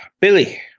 Billy